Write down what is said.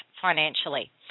financially